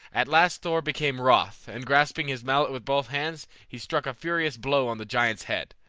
at last thor became wroth, and grasping his mallet with both hands he struck a furious blow on the giant's head.